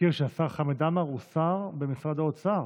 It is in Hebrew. ונזכיר שהשר חמד עמאר הוא שר במשרד האוצר.